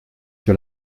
sur